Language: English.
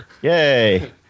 Yay